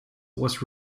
was